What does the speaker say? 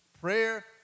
Prayer